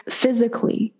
physically，